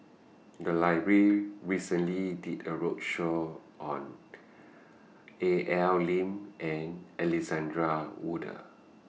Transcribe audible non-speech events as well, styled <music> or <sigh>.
<noise> The Library recently did A roadshow on A L Lim and Alexander Wolters